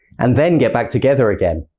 and then get back together again.